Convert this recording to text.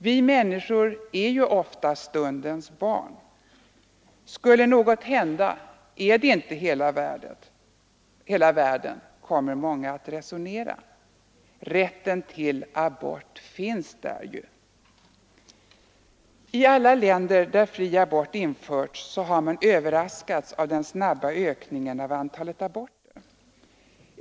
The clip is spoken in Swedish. Vi människor är ju ofta stundens barn. Skulle något hända är det inte hela världen, kommer många att resonera, rätten till abort finns där ju. I alla länder där fri abort införts har man överraskats av den snabba ökningen av antalet aborter.